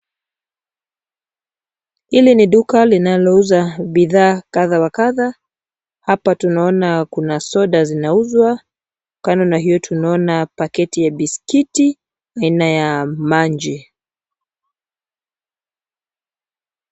Hili ni duka linalouza bidhaa kadha wa kadha. Hapa tunaona kuna soda zinauzwa. Kando na hio tunaona paketi ya biskuti aina ya, manji.